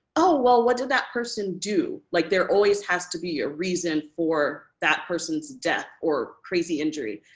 oh, well, what did that person do? like there always has to be a reason for that person's death or crazy injury.